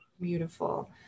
Beautiful